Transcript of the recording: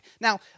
Now